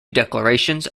declarations